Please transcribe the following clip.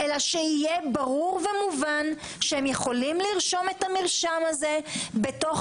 אלא שיהיה ברור ומובן שהם יכולים לרשום את המרשם הזה בתוך